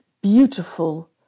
beautiful